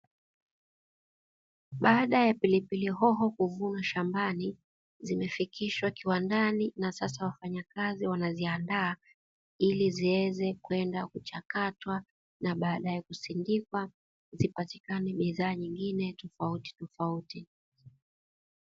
Baada ya pilipili hoho kuvunwa shambani, zimefikishwa kiwandani na sasa wafanyakazi wanaziandaa, ili ziweze kwenda kuchakatwa na baadaye kusindikwa zipatikane bidhaa nyingine tofauti tofauti.